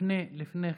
לפני כן,